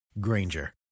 Granger